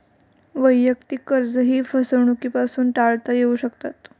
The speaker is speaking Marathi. वैयक्तिक कर्जेही फसवणुकीपासून टाळता येऊ शकतात